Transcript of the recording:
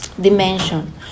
dimension